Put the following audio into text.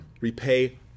Repay